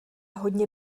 hodně